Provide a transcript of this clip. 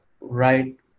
right